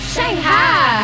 Shanghai